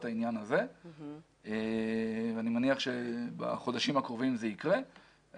העניין הזה ואני מניח שבחודשים הקרובים זה יקרה.